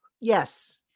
Yes